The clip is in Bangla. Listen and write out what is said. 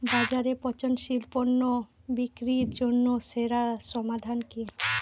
বাজারে পচনশীল পণ্য বিক্রির জন্য সেরা সমাধান কি?